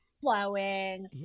flowing